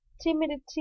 timidity